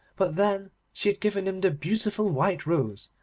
but then she had given him the beautiful white rose,